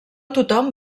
tothom